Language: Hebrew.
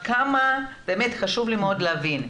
חשוב לי מאוד להבין,